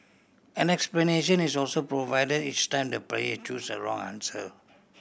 an explanation is also provide each time the player choose a wrong answer